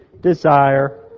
desire